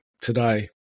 today